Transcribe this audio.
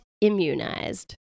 immunized